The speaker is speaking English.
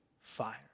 fire